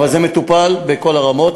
אבל זה מטופל בכל הרמות.